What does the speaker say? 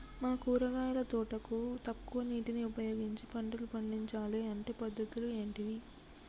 మా కూరగాయల తోటకు తక్కువ నీటిని ఉపయోగించి పంటలు పండించాలే అంటే పద్ధతులు ఏంటివి?